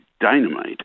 dynamite